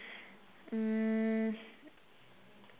mm